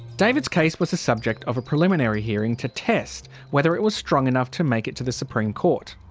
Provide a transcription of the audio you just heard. david's case was the subject of a preliminary hearing to test whether it was strong enough to make it to the supreme court.